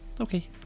Okay